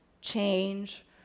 change